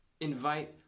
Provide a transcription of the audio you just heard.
invite